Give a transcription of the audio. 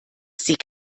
sie